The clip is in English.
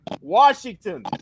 Washington